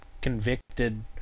convicted